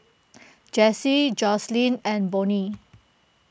Jessie Joseline and Bonny